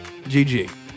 GG